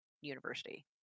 university